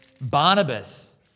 Barnabas